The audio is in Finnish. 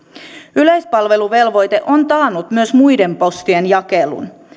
yleispalveluvelvoite on taannut myös muiden postien jakelun